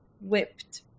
whipped